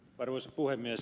arvoisa puhemies